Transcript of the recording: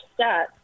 stats